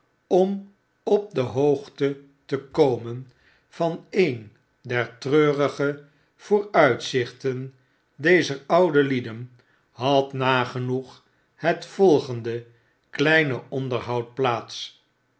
om op de hoogte te komen van een der treurige vooruitzichten dezer oude lieden had nagenoeg het volgende kleine onderhoud plaats